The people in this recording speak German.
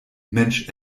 mensch